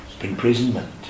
imprisonment